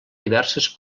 diverses